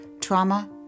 trauma